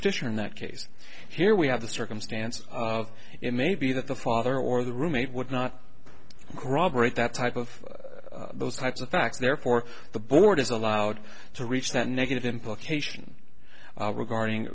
petitioner in that case and here we have the circumstance of it may be that the father or the roommate would not corroborate that type of those types of facts therefore the board is allowed to reach that negative implication regarding